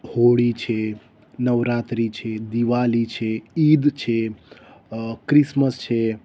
હોળી છે નવરાત્રી છે દિવાળી છે ઈદ છે ક્રીસમસ છે